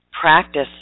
practice